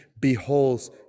beholds